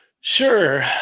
Sure